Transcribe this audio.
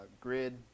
grid